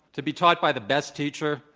to be taught by the best teacher,